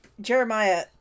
Jeremiah